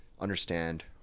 understand